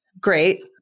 Great